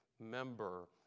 member